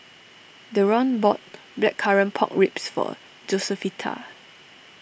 Deron bought Blackcurrant Pork Ribs for Josefita